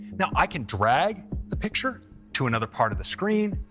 now i can drag the picture to another part of the screen.